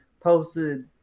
Posted